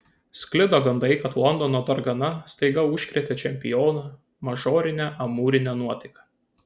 sklido gandai kad londono dargana staiga užkrėtė čempioną mažorine amūrine nuotaika